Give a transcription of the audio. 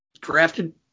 drafted